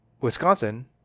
Wisconsin